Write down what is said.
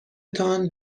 تان